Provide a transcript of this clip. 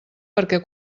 perquè